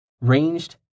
Ranged